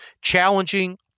challenging